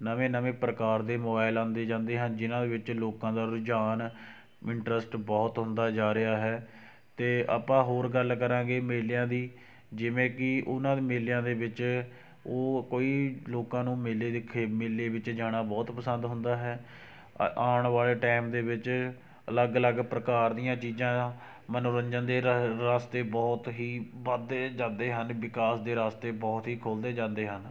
ਨਵੇਂ ਨਵੇਂ ਪ੍ਰਕਾਰ ਦੇ ਮੋਬਾਇਲ ਆਉਂਦੇ ਜਾਂਦੇ ਹਨ ਜਿਨ੍ਹਾਂ ਦੇ ਵਿੱਚ ਲੋਕਾਂ ਦਾ ਰੁਝਾਨ ਇੰਟਰਸਟ ਬਹੁਤ ਹੁੰਦਾ ਜਾ ਰਿਹਾ ਹੈ ਅਤੇ ਆਪਾਂ ਹੋਰ ਗੱਲ ਕਰਾਂਗੇ ਮੇਲਿਆਂ ਦੀ ਜਿਵੇਂ ਕਿ ਉਹਨਾਂ ਮੇਲਿਆਂ ਦੇ ਵਿੱਚ ਉਹ ਕੋਈ ਲੋਕਾਂ ਨੂੰ ਮੇਲੇ ਦੇਖੇ ਮੇਲੇ ਵਿੱਚ ਜਾਣਾ ਬਹੁਤ ਪਸੰਦ ਹੁੰਦਾ ਹੈ ਅ ਆਉਣ ਵਾਲੇ ਟਾਈਮ ਦੇ ਵਿੱਚ ਅਲੱਗ ਅਲੱਗ ਪ੍ਰਕਾਰ ਦੀਆਂ ਚੀਜ਼ਾਂ ਮਨੋਰੰਜਨ ਦੇ ਰ ਰਸਤੇ ਬਹੁਤ ਹੀ ਵੱਧਦੇ ਜਾਂਦੇ ਹਨ ਵਿਕਾਸ ਦੇ ਰਸਤੇ ਬਹੁਤ ਹੀ ਖੁੱਲ੍ਹਦੇ ਜਾਂਦੇ ਹਨ